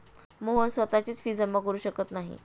मोहन स्वतःची फी जमा करु शकत नाही